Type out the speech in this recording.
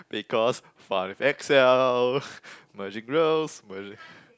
because fun with Excel merging roles merging